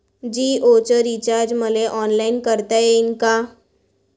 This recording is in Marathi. जीओच रिचार्ज मले ऑनलाईन करता येईन का?